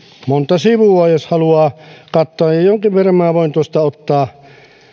monta sivua jos haluaa katsoa ja jonkin verran minä voin tuosta ottaa